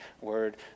word